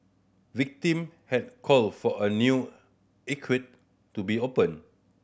victim had called for a new to be opened